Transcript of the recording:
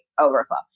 overflow